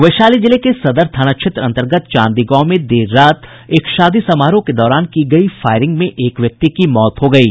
वैशाली जिले के सदर थाना क्षेत्र अंतर्गत चांदी गांव में देर रात एक शादी समारोह के दौरान की गयी फायरिंग में एक व्यक्ति की मौत हो गयी